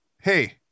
Hey